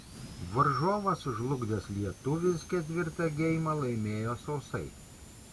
varžovą sužlugdęs lietuvis ketvirtą geimą laimėjo sausai